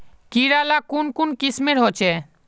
कीड़ा ला कुन कुन किस्मेर होचए?